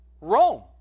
Rome